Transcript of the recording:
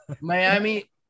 Miami